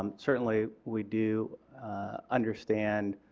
um certainly we do understand